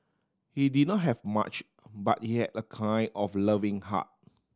he did not have much but he had a kind of loving heart